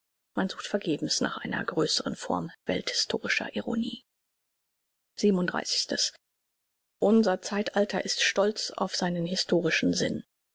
man sucht vergebens nach einer größeren form welthistorischer ironie unser zeitalter ist stolz auf seinen historischen sinn